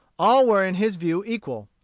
all were in his view equal.